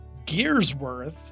Gearsworth